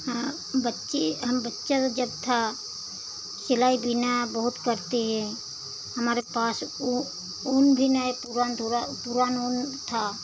हाँ बच्चे हम बच्चा वो जब था सिलाई बिना बहुत पड़ती है हमारे पास ऊन भी नई पुरानी पुरानी था